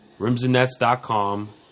rimsandnets.com